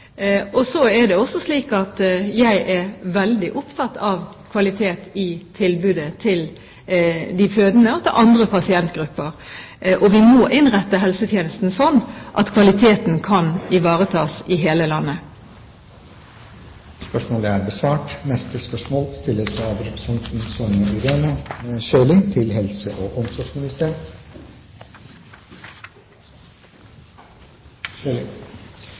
Så er det også slik at jeg er veldig opptatt av kvalitet i tilbudet til de fødende og til andre pasientgrupper. Vi må innrette helsetjenesten slik at kvaliteten ivaretas i hele landet. Jeg vil gjerne stille et spørsmål